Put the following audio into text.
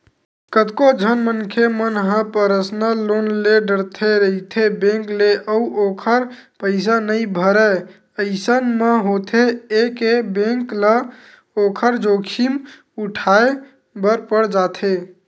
कतको झन मनखे मन ह पर्सनल लोन ले डरथे रहिथे बेंक ले अउ ओखर पइसा नइ भरय अइसन म होथे ये के बेंक ल ओखर जोखिम उठाय बर पड़ जाथे